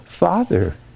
Father